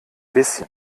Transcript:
bisschen